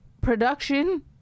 production